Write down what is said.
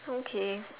okay